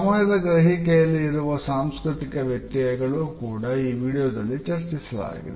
ಸಮಯದ ಗ್ರಹಿಕೆಯಲ್ಲಿ ಇರುವ ಸಾಂಸ್ಕೃತಿಕ ವ್ಯತ್ಯಯಗಳನ್ನು ಕೂಡ ಈ ವಿಡಿಯೋದಲ್ಲಿ ಚರ್ಚಿಸಲಾಗಿದೆ